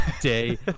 day